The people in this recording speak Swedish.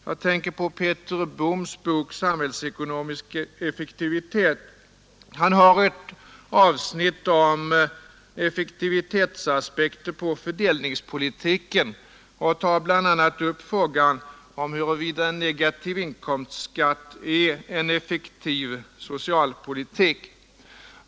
Jag tänker på Peter Bohms bok Samhällsekonomisk effektivitet. Han har ett avsnitt om effektivitetsaspekter på fördelningspolitiken, där han bl.a. tar upp frågan om huruvida en negativ inkomstskatt är en effektiv socialpolitik.